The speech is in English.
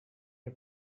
you